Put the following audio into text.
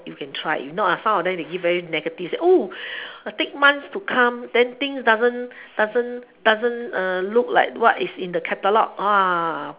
you can try if not some of them give very negative say take months to come then things doesn't doesn't doesn't look like what is in the catalogue then on lah